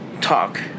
Talk